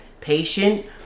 patient